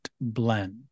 blend